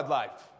life